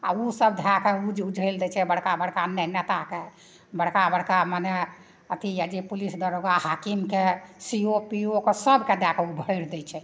आ ओसब धए कऽ उझैल दै छै बड़का बड़का ने नेताके बड़का बड़का मने अथी यए जे पुलिस दरोगा हाकिमके सीओ पीओके सबके दए कऽ ओ भैरि दै छै